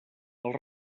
els